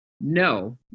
no